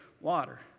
water